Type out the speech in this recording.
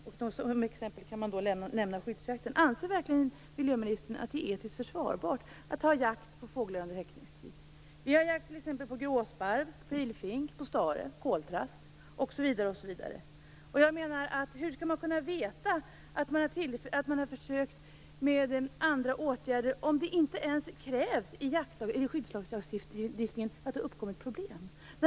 Som exempel kan man då nämna skyddsjakten. Anser verkligen miljöministern att det är etiskt försvarbart att ha jakt på fåglar under häckningstid? Vi har jakt på gråsparv, pilfink, stare, koltrast osv. Hur skall man kunna veta att man har försökt med andra åtgärder om det inte ens krävs i skyddslagstiftningen att det uppkommer ett problem?